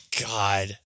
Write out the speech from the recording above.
God